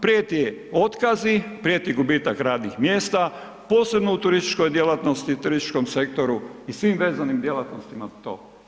Prijeti otkazi, prijeti gubitak radnih mjesta posebno u turističkoj djelatnosti i turističkom sektoru i svim vezanim djelatnostima toga.